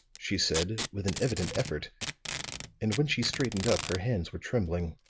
she said with an evident effort and when she straightened up her hands were trembling.